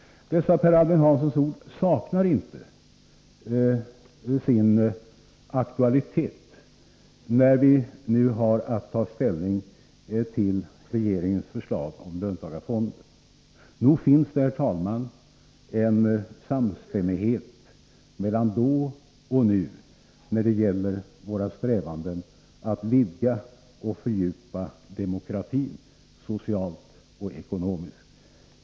Dessa Per Albin Hanssons ord saknar inte sin aktualitet när vi nu har att ta ställning till regeringens förslag om löntagarfonder. Nog finns det, herr talman, en samstämmighet mellan då och nu när det gäller våra strävanden att vidga och fördjupa demokratin socialt och ekonomiskt.